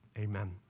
amen